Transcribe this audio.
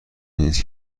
نیس